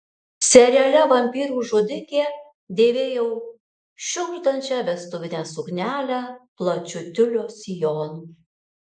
seriale vampyrų žudikė dėvėjau šiugždančią vestuvinę suknelę plačiu tiulio sijonu